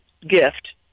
gift